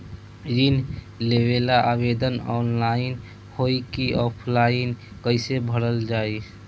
ऋण लेवेला आवेदन ऑनलाइन होई की ऑफलाइन कइसे भरल जाई?